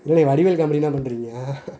என்னண்ணே வடிவேல் காமெடினா பண்ணுறீங்க